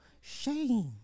Shame